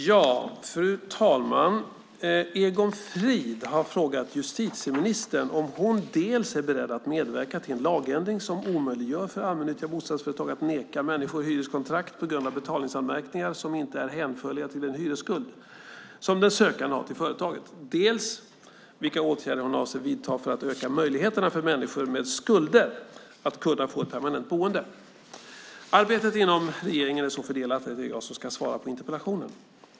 Fru talman! Egon Frid har frågat justitieministern dels om hon är beredd att medverka till en lagändring som omöjliggör för allmännyttiga bostadsföretag att neka människor hyreskontrakt på grund av betalningsanmärkningar som inte är hänförliga till en hyresskuld som den sökande har till företaget, dels vilka åtgärder hon avser att vidta för att öka möjligheterna för människor med skulder att få ett permanent boende. Arbetet inom regeringen är så fördelat att det är jag som ska svara på interpellationen.